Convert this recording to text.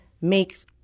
make